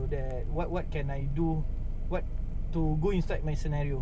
nak keluar kan sunglass bila dah sun drive